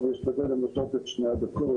את ישיבת הוועדה להשפעת סביבה ואקלים על הבריאות.